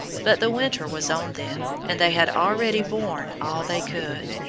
but the winter was on them, and they had already borne all they could.